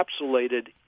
encapsulated